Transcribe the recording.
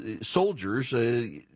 soldiers—